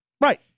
Right